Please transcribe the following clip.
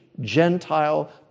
Gentile